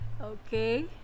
Okay